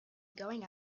going